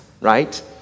right